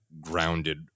grounded